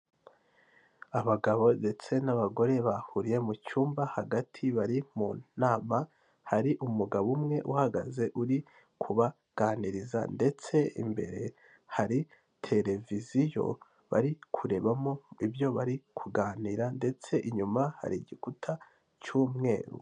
Abagabo ndetse n'abagore bahuriye mu cyumba hagati bari mu nama hari umugabo umwe uhagaze uri kubaganiriza ndetse imbere hari televiziyo bari kurebamo ibyo bari kuganira ndetse inyuma hari igikuta cy'umweru.